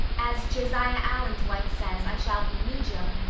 as josiah allen's wife says, i shall be mejum.